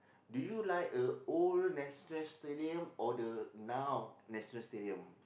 do you like a old National-Stadium or the now National-Stadium